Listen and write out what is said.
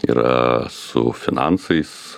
yra su finansais